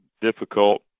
difficult